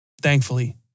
Thankfully